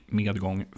medgång